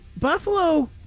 Buffalo